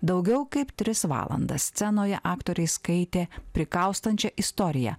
daugiau kaip tris valandas scenoje aktoriai skaitė prikaustančią istoriją